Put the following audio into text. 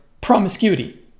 promiscuity